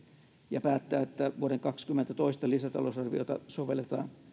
ja päättää että vuoden kaksituhattakaksikymmentä toista lisätalousarviota sovelletaan